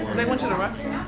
they went to the restroom?